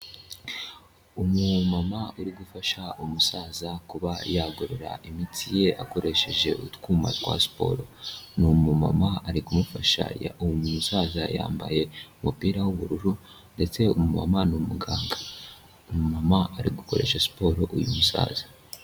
Umumama uri gufasha umusaza kuba yagororera imitsi ye akoresheje utwuma twa siporo, ni umumama ari kumufasha uwo musaza yambaye umupira w'ubururu ndetse umumama ni umuganga, umumama ari gukoresha siporo uyu musaza.